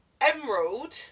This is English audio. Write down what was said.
Emerald